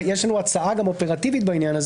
ויש לנו גם הצעה אופרטיבית בעניין.